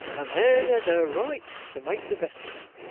a man has a right to make the best of em,